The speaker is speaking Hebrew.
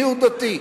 מיהו דתי.